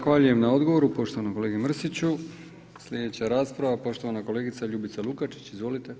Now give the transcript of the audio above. Zahvaljujem na odgovor poštovanom kolegi Mrsiću, sljedeća rasprava, poštovana kolegica Ljubica Lukačić, izvolite.